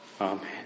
Amen